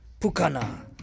Pukana